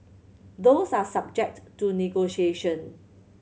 those are subject to negotiation